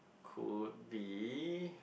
could be